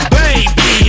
baby